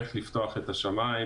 איך לפתוח את השמיים,